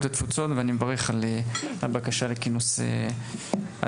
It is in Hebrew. התפוצות ואני מברך על הבקשה לכינוס הדיון.